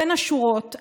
בין השורות,